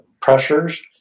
pressures